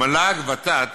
מל"ג וות"ת,